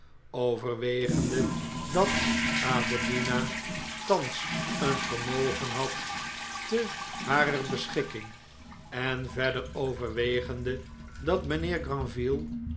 overwegende dat adelina thans een vermogen had te harer beschikking en verder overwegende dat mynheer